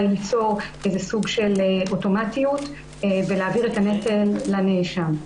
ליצור איזה סוג של אוטומטיות ולהעביר את הנטל לנאשם.